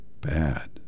bad